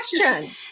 question